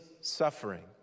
suffering